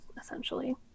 essentially